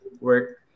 work